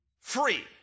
free